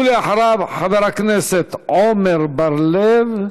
ואחריו, חבר הכנסת עמר בר-לב.